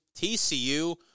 TCU